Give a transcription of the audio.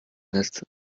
netz